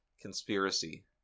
conspiracy